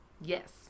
Yes